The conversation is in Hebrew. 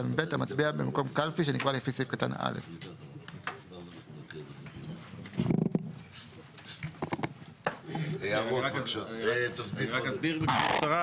(ב) המצביע במקום קלפי שנקבע לפי סעיף קטן (א)"; אני רק אסביר בקצרה.